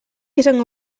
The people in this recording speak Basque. izango